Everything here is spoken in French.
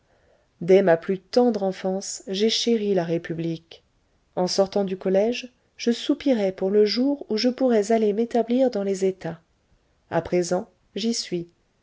dès ma plus tendre enfance j'ai chéri la république en sortant du collège je soupirais pour le jour où je pourrais aller m'établir dans les états a présent j'y suis